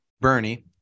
Bernie